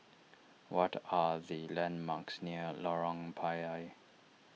what are the landmarks near Lorong Payah